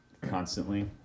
constantly